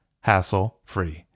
hassle-free